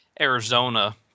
Arizona